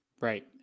Right